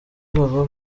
baba